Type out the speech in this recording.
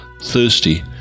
thirsty